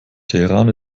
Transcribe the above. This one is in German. teheran